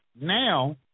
Now